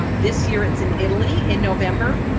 um this year it's in italy in november.